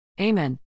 Amen